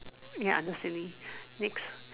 ya under silly next